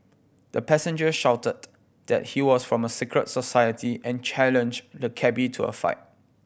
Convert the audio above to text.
the passenger shouted that he was from a secret society and challenged the cabby to a fight